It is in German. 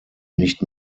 nicht